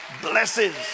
blesses